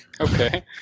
Okay